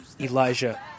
Elijah